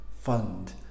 fund